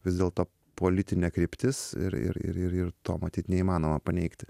vis dėlto politinė kryptis ir ir ir ir to matyt neįmanoma paneigti